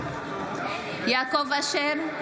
(קוראת בשמות חברי הכנסת) יעקב אשר,